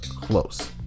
Close